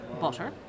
butter